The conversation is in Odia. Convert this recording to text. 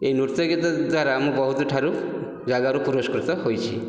ଏହି ନୃତ୍ୟଗୀତ ଦ୍ୱାରା ମୁଁ ବହୁତ ଠାରୁ ଜାଗାରୁ ପୁରସ୍କୃତ ହୋଇଛି